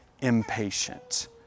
impatient